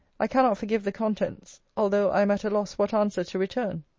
i cannot forgive the contents, although i am at a loss what answer to return.